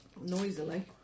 noisily